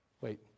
wait